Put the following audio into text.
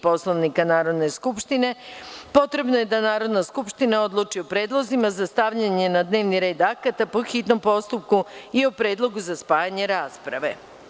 Poslovnika Narodne skupštine potrebno je da Narodna skupština odluči o predlozima za stavljanje na dnevni red akata po hitnom postupku i o Predlogu za spajanje rasprave.